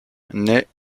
naît